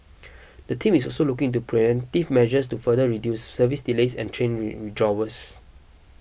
the team is also looking into preventive measures to further reduce service delays and train rain withdrawals